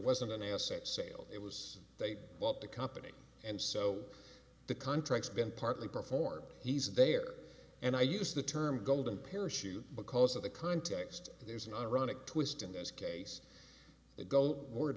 wasn't an asset sale it was they bought the company and so the contracts been partly performed he's there and i use the term golden parachute because of the context there's an ironic twist in this case the gold ord